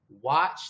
Watch